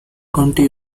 county